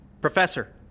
Professor